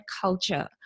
culture